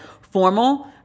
formal